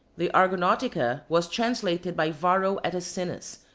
the argonautica was translated by varro atacinus,